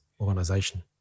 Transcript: organization